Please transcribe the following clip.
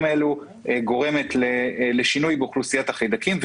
הללו גורמת לשינוי באוכלוסיית החיידקים,